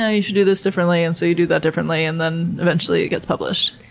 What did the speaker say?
yeah you should do this differently and so you do that differently, and then eventually it gets published.